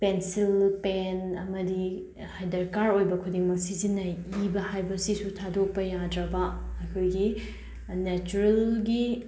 pencil pen ꯑꯃꯗꯤ ꯗꯔꯀꯥꯔ ꯑꯣꯏꯕ ꯈꯨꯗꯤꯡꯃꯛ ꯁꯤꯖꯤꯟꯅꯩ ꯏꯕ ꯍꯥꯏꯕꯁꯤꯁꯨ ꯊꯥꯗꯣꯛꯄ ꯌꯥꯗ꯭ꯔꯕ ꯑꯩꯈꯣꯏꯒꯤ ꯅꯦꯆꯔꯦꯜꯒꯤ